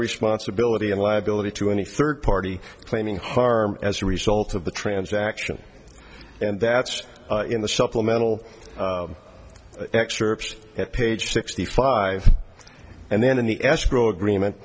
responsibility and liability to any third party claiming harm as a result of the transaction and that's in the supplemental excerpt at page sixty five and then in the escrow agreement